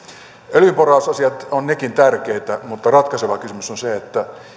öljynporausasiat ovat nekin tärkeitä mutta ratkaiseva kysymys on se